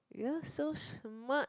you are so smart